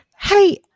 Hey